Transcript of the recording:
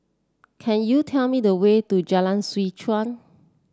can you tell me the way to Jalan Seh Chuan